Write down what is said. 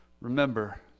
remember